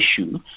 issue